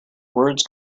words